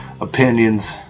opinions